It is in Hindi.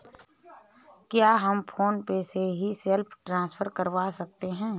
क्या हम फोन पे से भी सेल्फ ट्रांसफर करवा सकते हैं?